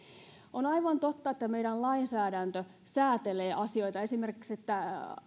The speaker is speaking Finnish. on aivan totta että meidän lainsäädäntö säätelee asioita esimerkiksi että